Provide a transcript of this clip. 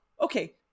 Okay